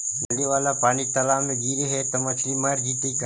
नली वाला पानी तालाव मे गिरे है त मछली मर जितै का?